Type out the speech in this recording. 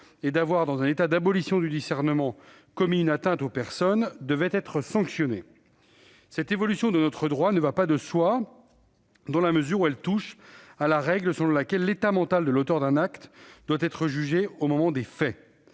et d'avoir, dans un état d'abolition du discernement, commis une atteinte aux personnes devait être sanctionné. Cette évolution de notre droit ne va pas de soi, dans la mesure où elle touche à la règle selon laquelle l'état mental de l'auteur d'un acte doit être jugé au moment des faits.